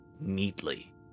neatly